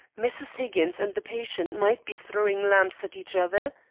mrs. higgins and the patient might be throwing lamps at each other?